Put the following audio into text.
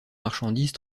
marchandises